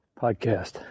podcast